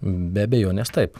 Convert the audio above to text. be abejonės taip